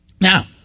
Now